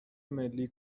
ملی